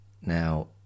now